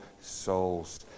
souls